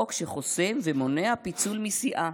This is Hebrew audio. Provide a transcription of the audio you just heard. חוק שחוסם ומונע פיצול מסיעה